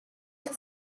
ერთ